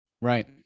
Right